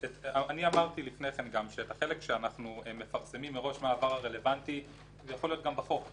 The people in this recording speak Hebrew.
של העבר הרלוונטי שאנחנו מפרסמים מראש יכול להיות גם בחוק.